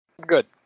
good